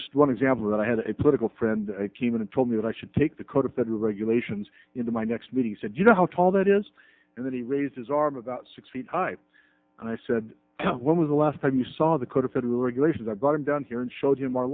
just one example i had a political friend came in and told me that i should take the code of federal regulations into my next meeting said you know how tall that is and then he raised his arm about six feet high and i said when was the last time you saw the code of federal regulations i brought him down here and showed him our